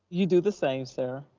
you do the same, sir.